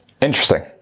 Interesting